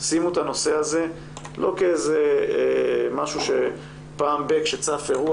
שימו את הנושא הזה לא כמשהו שפעם ב- כשצף אירוע,